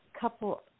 couple